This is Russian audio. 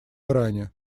иране